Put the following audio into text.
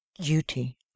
duty